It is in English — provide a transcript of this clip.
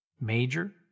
Major